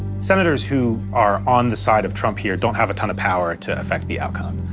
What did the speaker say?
senators who are on the side of trump here don't have a ton of power to affect the outcome.